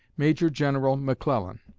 major-general mcclellan.